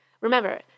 Remember